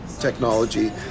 technology